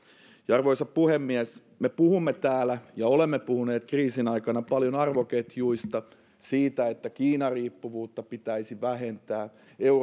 arvoisa puhemies me puhumme täällä ja olemme puhuneet kriisin aikana paljon arvoketjuista siitä että kiina riippuvuutta pitäisi vähentää